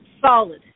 solid